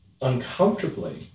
uncomfortably